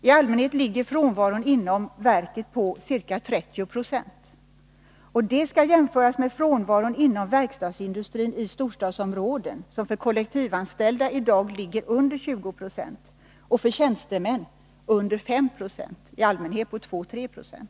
I allmänhet ligger frånvaron inom verket på ca 30 20. Det skall jämföras med frånvaron inom verkstadsindustrin i storstadsområden, som för kollektivanställda i dag ligger under 20 20 och för tjänstemän under 5 26, i allmänhet på 2-3 20.